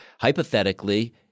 hypothetically